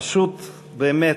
פשוט, באמת,